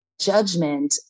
Judgment